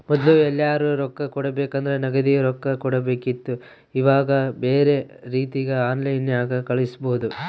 ಮೊದ್ಲು ಎಲ್ಯರಾ ರೊಕ್ಕ ಕೊಡಬೇಕಂದ್ರ ನಗದಿ ರೊಕ್ಕ ಕೊಡಬೇಕಿತ್ತು ಈವಾಗ ಬ್ಯೆರೆ ರೀತಿಗ ಆನ್ಲೈನ್ಯಾಗ ಕಳಿಸ್ಪೊದು